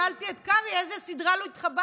שאלתי את קרעי: לאיזו סדרה לא התחברת?